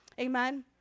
amen